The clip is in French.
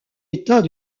état